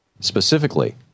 Specifically